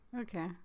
okay